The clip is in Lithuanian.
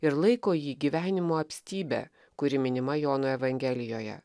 ir laiko jį gyvenimo apstybe kuri minima jono evangelijoje